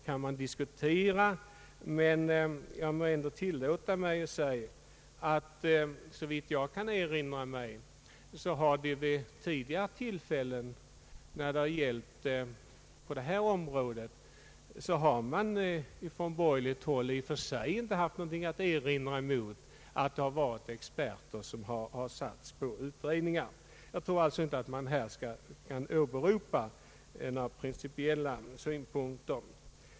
Såvitt jag kan erinra mig har det vid tidigare tillfällen när det gällt detta område från borgerligt håll i och för sig inte anförts några invändningar mot att experter har tillsatts för utredningar. Jag tror därför inte att man här kan åberopa några principiella synpunkter.